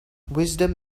wisdom